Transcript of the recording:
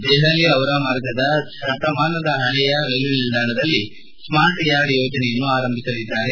ದೆಹಲಿ ಚಿರಾ ಮಾರ್ಗದ ಶತಮಾನದ ಪಳೆಯ ರೈಲ್ವೆ ನಿಲ್ದಾಣದಲ್ಲಿ ಸ್ಮಾರ್ಟ್ಯಾರ್ಡ್ ಯೋಜನೆಯನ್ನು ಆರಂಭಿಸಲಿದ್ದಾರೆ